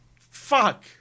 fuck